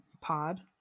pod